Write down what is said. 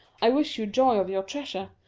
i wish you joy of your treasure.